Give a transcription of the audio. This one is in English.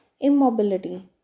Immobility